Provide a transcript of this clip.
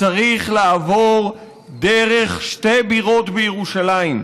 צריך לעבור דרך שתי בירות בירושלים,